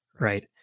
Right